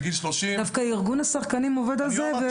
בגיל 30. דווקא ארגון השחקנים עובד על זה במרץ.